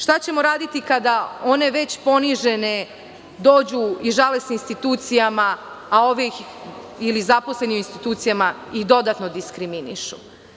Šta ćemo raditi kada one već ponižene dođu i žale se institucijama, a ovi ih, ili zaposleni u institucijama, dodatno diskriminišu?